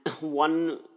one